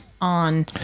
on